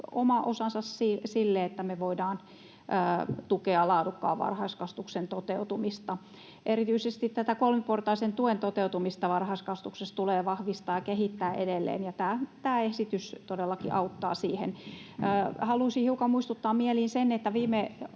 oma osansa sille, että me voidaan tukea laadukkaan varhaiskasvatuksen toteutumista. Erityisesti tätä kolmiportaisen tuen toteutumista varhaiskasvatuksessa tulee vahvistaa ja kehittää edelleen, ja tämä esitys todellakin auttaa siihen. Haluaisin hiukan muistuttaa mieliin sitä, että viime